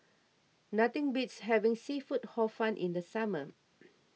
nothing beats having Seafood Hor Fun in the summer